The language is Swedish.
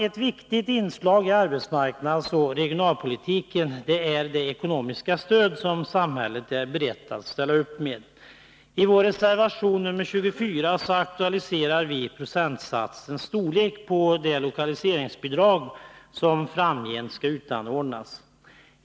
Ett viktigt inslag i arbetsmarknadsoch regionalpolitiken är det ekonomiska stöd som samhället är berett att ställa upp med. I vår reservation nr 24 aktualiserar vi frågan om procentsatsens storlek för det lokaliseringsbidrag som framgent skall utanordnas.